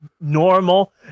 normal